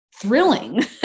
Thrilling